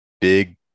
big